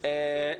החינוך,